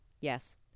Yes